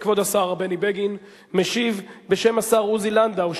כבוד השר בני בגין משיב בשם השר עוזי לנדאו,